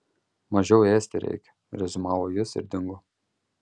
mažiau ėsti reikia reziumavo jis ir dingo